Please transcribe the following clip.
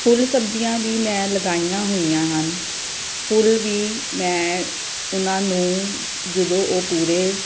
ਫੁੱਲ ਸਬਜ਼ੀਆਂ ਵੀ ਮੈਂ ਲਗਾਈਆਂ ਹੋਈਆਂ ਹਨ ਫੁੱਲ ਵੀ ਮੈਂ ਉਹਨਾਂ ਨੂੰ ਜਦੋਂ ਉਹ ਪੂਰੇ